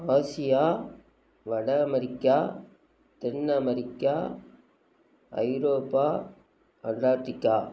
Asia வட America தென் America Europe Antarctica